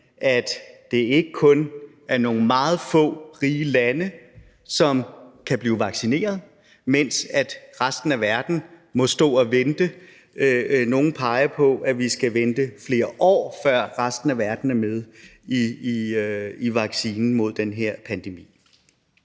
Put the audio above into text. at det ikke kun er nogle meget få rige lande, som kan blive vaccineret, mens resten af verden må stå og vente? Nogle peger på, at vi skal vente flere år, før resten af verden er med i forhold til vaccinen mod den her pandemi.